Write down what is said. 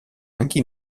anche